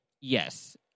Yes